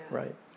right